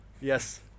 Yes